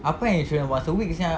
apa yang insurance once a week sia